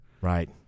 Right